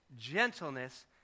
gentleness